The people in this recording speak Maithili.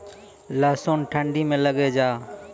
लहसुन ठंडी मे लगे जा?